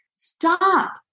Stop